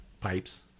pipes